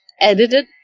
edited